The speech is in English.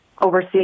oversee